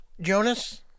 Jonas